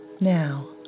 now